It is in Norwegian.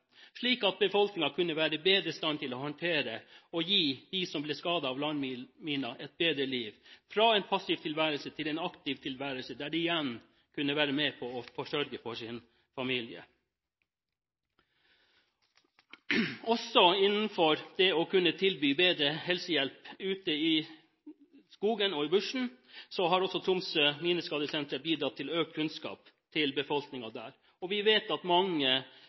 slik at befolkningen kunne være i bedre stand til å håndtere dem som ble skadet av landminer, og gi dem et bedre liv, fra en passiv tilværelse til en aktiv tilværelse, der de igjen kunne være med og sørge for sin familie. Tromsø Mineskadesenter har også bidratt til bedre helsehjelp og økt kunnskap om helse til befolkningen ute i skogen og i